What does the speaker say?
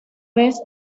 vez